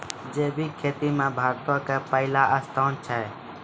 जैविक खेती मे भारतो के पहिला स्थान छै